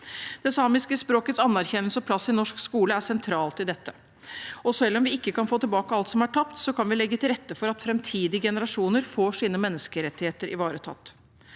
Det samiske språkets anerkjennelse og plass i norsk skole er sentralt i dette, og selv om vi ikke kan få tilbake alt som er tapt, så kan vi legge til rette for at framtidige generasjoner får sine menneskerettigheter ivaretatt.